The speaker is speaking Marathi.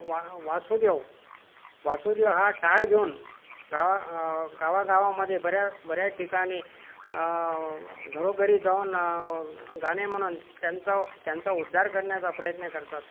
वा वासुदेव वासुदेव हा टाळ घेऊन गावा गावागावामध्ये बऱ्या बऱ्या ठिकाणी घरोघरी जाऊन गाणे म्हणून त्यांचा त्यांचा उद्धार करण्याचा प्रयत्न करतात